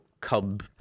Cub